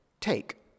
take